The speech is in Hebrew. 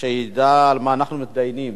שידע על מה אנחנו מתדיינים.